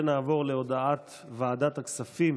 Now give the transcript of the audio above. נעבור להודעת ועדת הכספים